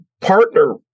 partner